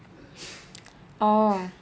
oh